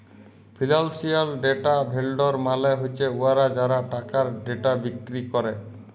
financial data vendor মালে হছে উয়ারা যারা টাকার ডেটা বিক্কিরি ক্যরে